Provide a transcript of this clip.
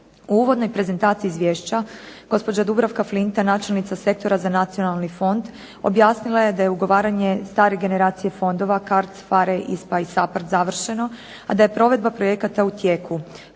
U uvodnoj prezentaciji izvješća gospođa Dubravka Flinta, načelnica Sektora za Nacionalni fond objasnila je da je ugovaranje stare generacije fondova CARDS, PHARE, ISPA i SAPARD završeno, a da je provedba projekata u tijeku.